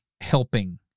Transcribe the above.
helping